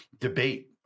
debate